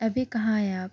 ابھی کہاں ہیں آپ